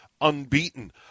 unbeaten